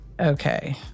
okay